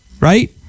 Right